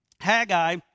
Haggai